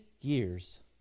years